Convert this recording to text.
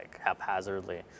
haphazardly